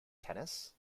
tennis